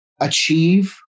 achieve